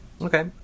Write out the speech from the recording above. Okay